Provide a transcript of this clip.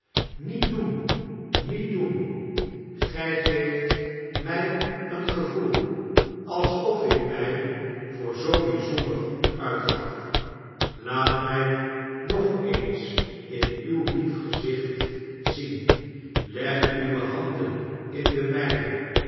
met doen met doen gy geeft my een gevoel alsof ik my voor zoo byzondergoeduitgaf laat mij nog eens in uw lief gezicht zien leg uwe handen in de mijne